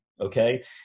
Okay